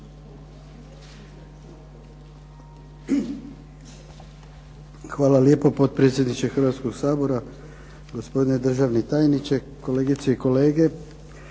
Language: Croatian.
Hvala lijepo potpredsjedniče Sabora, gospodine državni tajniče, kolegice i kolege.